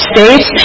States